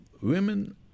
women